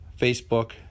Facebook